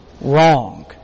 wrong